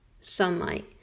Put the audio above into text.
sunlight